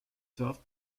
served